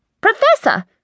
Professor